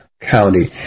County